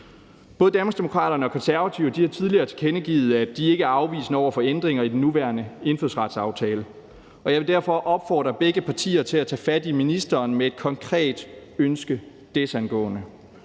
og Konservative har tidligere tilkendegivet, at de ikke er afvisende over for ændringer i den nuværende indfødsretsaftale, og jeg vil derfor opfordre begge partier til at tage fat i ministeren med et konkret ønske desangående,